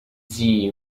zii